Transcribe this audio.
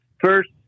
first